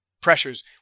pressures